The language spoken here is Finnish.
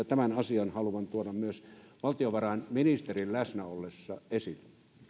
tämän asian haluan tuoda myös valtiovarainministerin läsnä ollessa esille